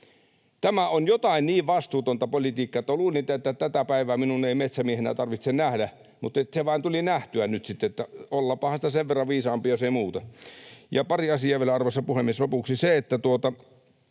Tämä on jotain niin vastuutonta politiikkaa, että luulin, että tätä päivää minun ei metsämiehenä tarvitse nähdä, mutta se vain tuli nähtyä nyt sitten — ollaanpahan sitä sen verran viisaampia, jos ei muuta. Ja pari asiaa vielä, arvoisa puhemies,